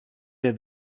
der